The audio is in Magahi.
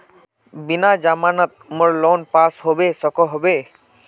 बिना जमानत मोर लोन पास होबे सकोहो होबे?